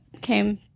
came